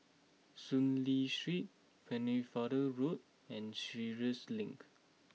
Soon Lee Street Pennefather Road and Sheares Link